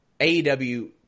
AEW